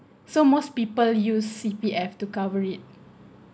so most people use C_P_F to cover it